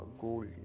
gold